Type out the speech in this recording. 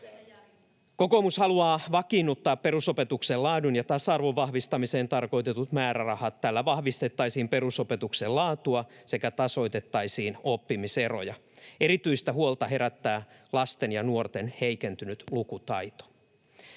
Kokoomus haluaa vakiinnuttaa perusopetuksen laadun ja tasa-arvon vahvistamiseen tarkoitetut määrärahat. Tällä vahvistettaisiin perusopetuksen laatua sekä tasoitettaisiin oppimiseroja. Erityistä huolta herättää lasten ja nuorten heikentynyt lukutaito.